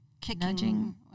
kicking